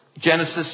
Genesis